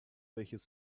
welches